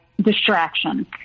distraction